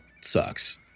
sucks